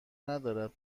ندارد